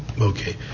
Okay